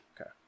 Okay